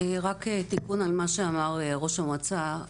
תיקון על מה שאמר ראש המועצה.